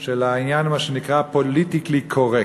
של מה שנקרא "פוליטיקלי קורקט".